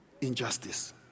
injustice